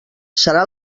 serà